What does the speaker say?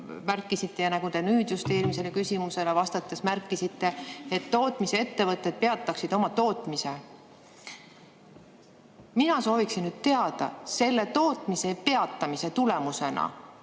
märkisite ja nüüd märkisite just eelmisele küsimusele vastates, et tootmisettevõtted peataksid oma tootmise. Mina sooviksin teada. Selle tootmise peatamise tulemusena